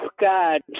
God